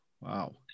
Wow